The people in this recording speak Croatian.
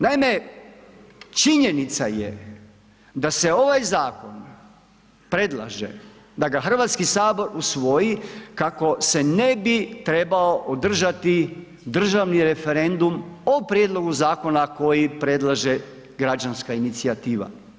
Naime, činjenica je da se ovaj zakon predlaže da ga HS usvoji kako se ne bi trebao održati državni referendum o prijedlogu zakona koji predlaže građanska inicijativa.